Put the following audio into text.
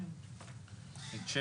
את (6)